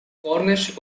cornish